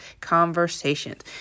Conversations